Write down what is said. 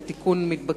זה תיקון מתבקש,